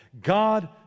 God